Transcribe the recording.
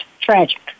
Tragic